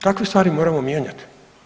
Takve stvari moramo mijenjati.